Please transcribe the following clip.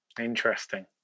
Interesting